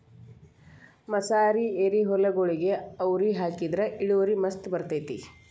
ಮಸಾರಿ ಎರಿಹೊಲಗೊಳಿಗೆ ಅವ್ರಿ ಹಾಕಿದ್ರ ಇಳುವರಿ ಮಸ್ತ್ ಬರ್ತೈತಿ